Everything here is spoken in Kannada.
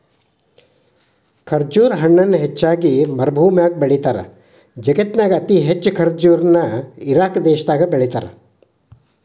ಖರ್ಜುರ ಹಣ್ಣನ ಹೆಚ್ಚಾಗಿ ಮರಭೂಮ್ಯಾಗ ಬೆಳೇತಾರ, ಜಗತ್ತಿನ್ಯಾಗ ಅತಿ ಹೆಚ್ಚ್ ಖರ್ಜುರ ನ ಇರಾಕ್ ದೇಶದಾಗ ಬೆಳೇತಾರ